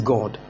God